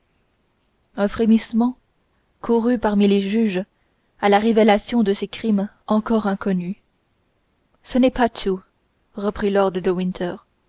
un frémissement courut parmi les juges à la révélation de ces crimes encore inconnus ce n'est pas tout reprit lord de